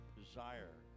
desire